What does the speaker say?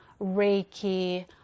Reiki